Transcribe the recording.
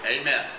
amen